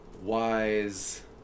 wise